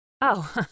Oh